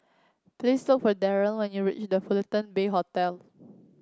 please look for Darnell when you reach The Fullerton Bay Hotel